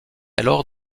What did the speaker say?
alors